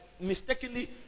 mistakenly